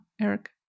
Eric